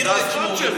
זו הזכות שלי.